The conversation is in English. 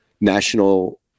national